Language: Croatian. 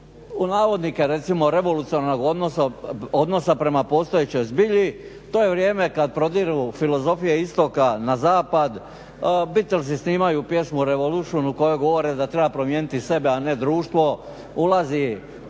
kažem tog "revolucionarnog odnosa" prema postojećoj zbilji. To je vrijeme kad prodiru filozofije Istoka na Zapad, Beatlesi snimaju pjesmu Revolutions u kojoj govore da treba promijeniti sebe a ne društvo ulazi